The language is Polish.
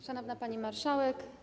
Szanowna Pani Marszałek!